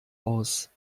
aus